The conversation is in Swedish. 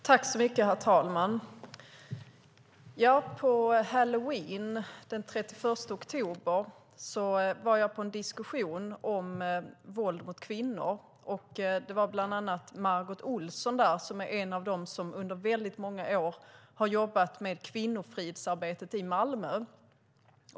Herr talman! På Halloween den 31 oktober var jag på en diskussion om våld mot kvinnor. Där deltog bland annat Margot Olsson, som är en av dem som under många år har jobbat med kvinnofridsarbetet i Malmö.